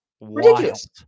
Ridiculous